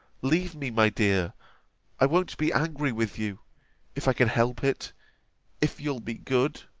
leave me, my dear i won't be angry with you if i can help it if you'll be good.